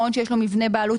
מעון שיש לו מבנה בעלות,